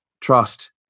Trust